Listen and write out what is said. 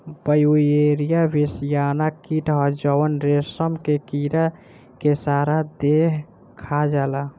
Beauveria bassiana कीट ह जवन रेशम के कीड़ा के सारा देह खा जाला